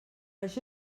això